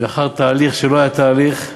ולאחר תהליך שלא היה תהליך,